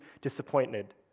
disappointed